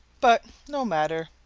but no matter.